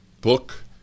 book